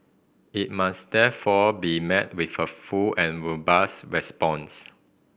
it must therefore be met with a full and robust response